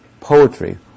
poetry